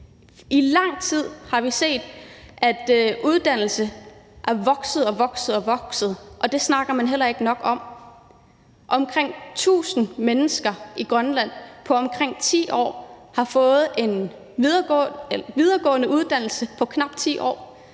I lang tid har vi set, at uddannelse er vokset og vokset, og det snakker man heller ikke nok om. Omkring 1.000 mennesker i Grønland har på omkring 10 år fået en videregående uddannelse. Hvis vi